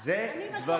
למה?